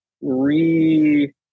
re